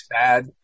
sad